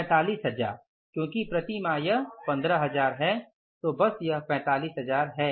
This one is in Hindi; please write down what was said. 45000 क्योंकि प्रति माह यह 15000 है तो बस यह 45000 है